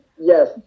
yes